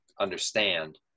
understand